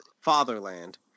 fatherland